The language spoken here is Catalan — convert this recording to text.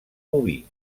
boví